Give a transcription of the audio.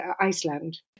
Iceland